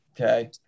okay